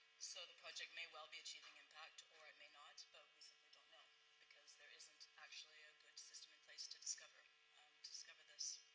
so the project may well be achieving impact or it may not, but don't know because there isn't actually a good system in place to discover discover this.